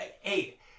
Hey